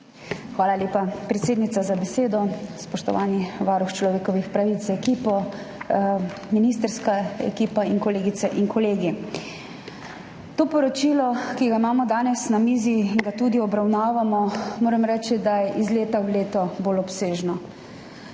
Hvala lepa, predsednica, za besedo. Spoštovani varuh človekovih pravic z ekipo, ministrska ekipa in kolegice in kolegi! To poročilo, ki ga imamo danes na mizi in ga tudi obravnavamo, moram reči, da je iz leta v leto bolj obsežno.